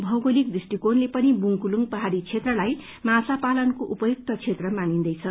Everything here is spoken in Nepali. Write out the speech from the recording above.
भौगोलिक दृष्टिकोणले पनि बुंगकुलुंग पहाड़ी क्षेत्रलाई माछा पालनको उपयुक्त क्षेत्र मानिन्दैछ